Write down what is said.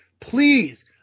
please